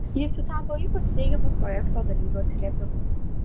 ji citavo ypač teigiamus projekto dalyvių atsiliepimus